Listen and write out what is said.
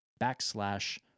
backslash